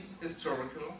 historical